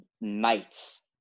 Knights